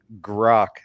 Grok